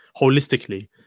holistically